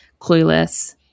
Clueless